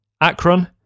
Akron